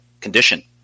condition